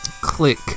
Click